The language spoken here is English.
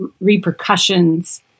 Repercussions